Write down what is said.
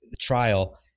trial